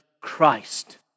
Christ